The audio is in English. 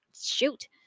Shoot